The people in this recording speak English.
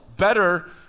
better